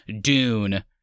Dune